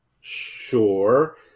sure